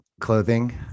clothing